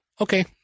okay